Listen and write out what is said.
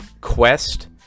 quest